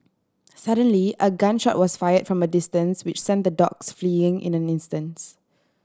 suddenly a gun shot was fire from a distance which sent the dogs fleeing in an instants